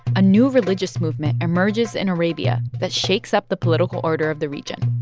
a new religious movement emerges in arabia that shakes up the political order of the region.